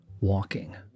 walking